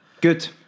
Good